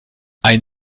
ein